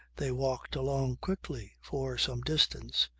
they walked along quickly for some distance.